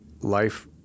life